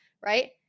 right